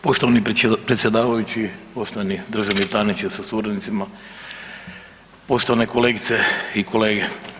Poštovani predsjedavajući, poštovani državni tajniče sa suradnicima, poštovane kolegice i kolege.